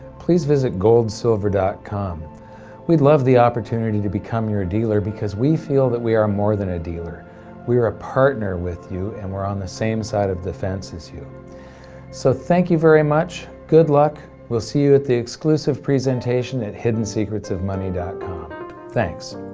please visit goldsilver dot com we'd love the opportunity to become your dealer, because we feel that we are more than a dealer we are a partner with you, and we're on the same side of the fence as you so thank you very much, good luck, we'll see you at the exclusive presentation at hiddensecretsofmoney dot com thanks